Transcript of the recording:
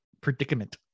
predicament